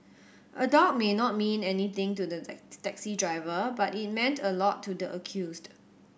a dog may not mean anything to the taxi driver but it meant a lot to the accused